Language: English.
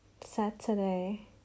Saturday